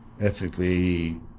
ethically